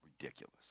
ridiculous